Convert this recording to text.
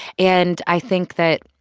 and i think that,